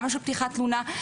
גם של פתיחת תלונה,